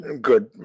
good